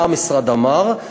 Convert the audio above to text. מה המשרד אמר?